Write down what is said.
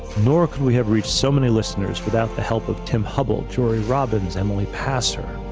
nor could we have reached so many listeners without the help of tim hubbell, jori robbins, emily passer,